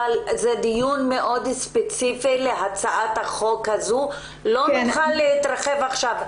אבל זה דיון מאוד ספציפי להצעת החוק הזו ולא נוכל להרחיב עכשיו.